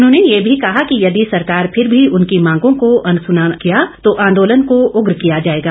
उन्होंने ये भी कहा कि यदि सरकार ने फिर भी उनकी मांगों को अनसुना किया तो आंदोलन को उग्र किया जाएगा